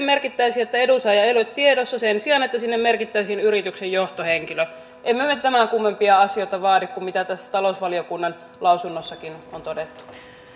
merkittäisiin että edunsaaja ei ole tiedossa sen sijaan että sinne merkittäisiin yrityksen johtohenkilö emme me me tämän kummempia asioista vaadi kuin mitä tässä talousvaliokunnan lausunnossakin on todettu